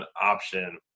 option